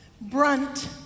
Brunt